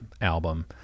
album